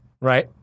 Right